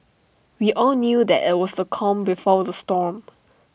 we all knew that IT was the calm before the storm